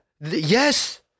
Yes